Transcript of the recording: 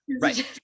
Right